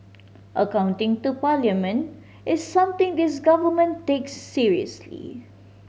accounting to Parliament is something this Government takes seriously